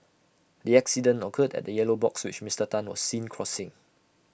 the accident occurred at A yellow box which Mister Tan was seen crossing